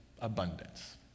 abundance